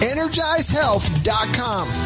EnergizeHealth.com